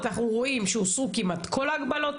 אנחנו רואים שהוסרו כמעט כל ההגבלות,